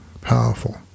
powerful